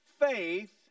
faith